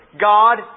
God